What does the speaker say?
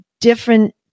different